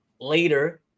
later